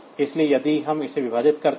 इसलिए यदि हम इसे विभाजित करते हैं